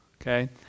okay